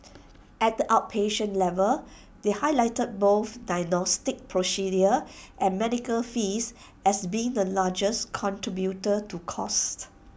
at the outpatient level they highlighted both diagnostic procedures and medical fees as being the largest contributor to costs